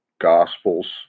Gospels